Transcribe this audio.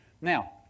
Now